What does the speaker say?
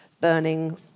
burning